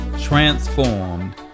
transformed